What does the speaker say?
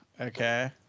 okay